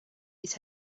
his